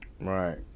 right